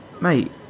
mate